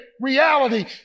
reality